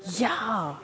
ya